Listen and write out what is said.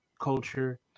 culture